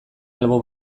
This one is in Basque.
albo